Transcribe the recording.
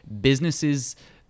businesses